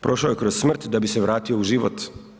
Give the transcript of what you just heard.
Prošao je kroz smrt da bi se vratio u život.